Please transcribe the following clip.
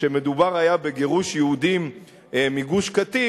כשמדובר היה בגירוש יהודים מגוש-קטיף,